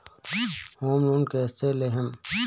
Home loan कैसे लेहम?